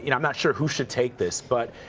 you know i'm not sure who should take this. but